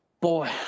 Boy